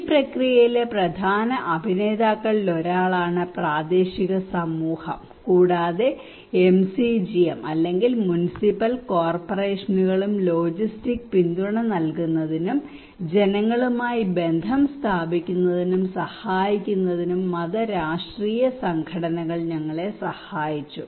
ഈ പ്രക്രിയയിലെ പ്രധാന അഭിനേതാക്കളിൽ ഒരാളാണ് പ്രാദേശിക സമൂഹം കൂടാതെ MCGM അല്ലെങ്കിൽ മുനിസിപ്പൽ കോർപ്പറേഷനുകളും ലോജിസ്റ്റിക്സ് പിന്തുണ നൽകുന്നതിനും ജനങ്ങളുമായി ബന്ധം സ്ഥാപിക്കുന്നതിനും സഹായിക്കുന്നതിനും മത രാഷ്ട്രീയ സംഘടനകൾ ഞങ്ങളെ സഹായിച്ചു